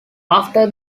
after